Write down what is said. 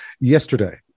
yesterday